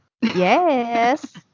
Yes